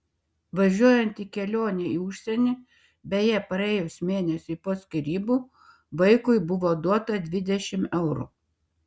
važiuojant į kelionę į užsienį beje praėjus mėnesiui po skyrybų vaikui buvo duota dvidešimt eurų